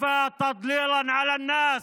מספיק להטעות את האנשים.